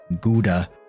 gouda